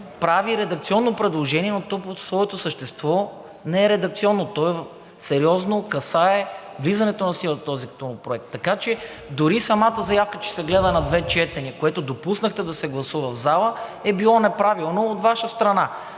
прави редакционно предложение, но то по своето същество не е редакционно, то сериозно касае влизането в сила на този законопроект. Така че дори и самата заявка, че се гледа на две четения, което допуснахте да се гласува в залата, е било неправилно от Ваша страна.